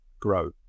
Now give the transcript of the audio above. grow